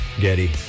Getty